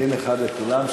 דין אחד לכולם.